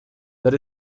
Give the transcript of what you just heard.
that